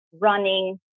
running